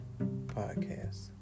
podcast